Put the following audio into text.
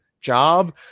job